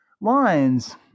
lines